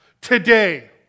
today